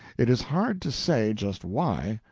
it is hard to say just why,